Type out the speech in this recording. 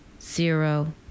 zero